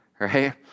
right